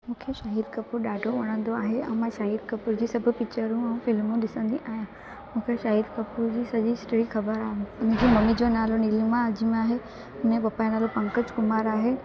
मूंखे शाहिद कपूर ॾाढो वणंदो आहे ऐं मां शाहिद कपूर जी सभु पिचरूं ऐं फिल्मूं ॾिसंदी आहियां मूंखे शाहिद कपूर जी सॼी हिस्ट्री ख़बर आहे हुन जी ममी जो नालो नीलिमा अजीम आहे हुन जे पपा जो नालो पंकज कुमार आहे